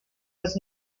was